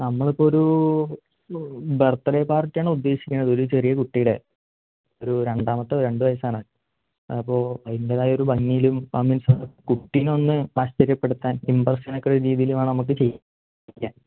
നമ്മളിപ്പോൾ ഒരു birthday പാർട്ടിയാണ് ഉദ്ദേശിക്കുന്നത് ഒരു ചെറിയെ കുട്ടിയുടെ ഒരു രണ്ടാമത്തേത് രണ്ട് വയസ്സാണ് അപ്പോൾ അതിൻ്റേതായൊരു ഭംഗിയിലും കുട്ടിയിനെയൊന്ന് ആശ്ച്ചര്യപെടുത്താൻ ഇമ്പ്രെഷനൊക്കെ ഒരു രീതിയിൽ വേണം നമ്മൾക്ക് ചെയ്യാൻ